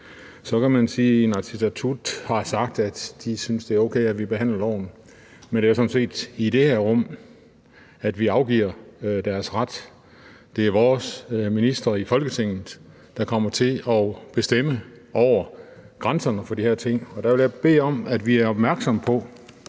Så kan man sige, at Inatsisartut har sagt, at de synes, det er okay, at vi behandler loven. Men det er sådan set i det her rum, at vi afgiver deres ret. Det er vores ministre i Folketinget, der kommer til at bestemme over grænserne for de her ting, og der vil jeg bede om, at vi er opmærksomme på,